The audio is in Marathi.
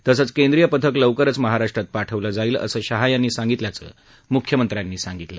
तसंच केंद्रीय पथक लवकरच महाराष्ट्रात पाठवलं जाईल असं शाह यांनी सांगितल्याचं म्ख्यमंत्र्यांनी सांगितलं